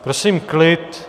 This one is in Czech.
Prosím klid.